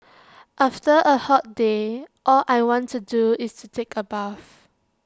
after A hot day all I want to do is to take A bath